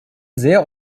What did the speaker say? sehr